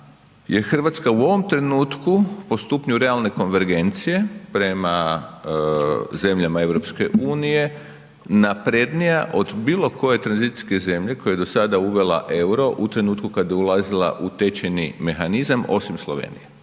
Hrvatska u ovom trenutku po stupnju realne konvergencije prema zemljama EU naprednija od bilo koje tranzicijske zemlje koja je do sada uvela EUR-o u trenutku kada je ulazila u tečajni mehanizam osim Slovenije.